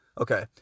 okay